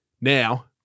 now